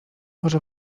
może